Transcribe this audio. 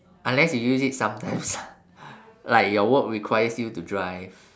unless you use it sometimes lah like your work requires you to drive